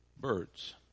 birds